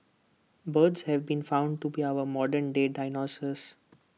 birds have been found to be our modern day dinosaurs